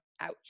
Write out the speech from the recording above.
ouch